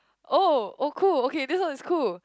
oh oh cool okay this one is cool